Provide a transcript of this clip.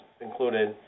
included